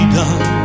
done